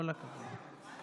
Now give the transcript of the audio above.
כל הכבוד.